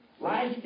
Life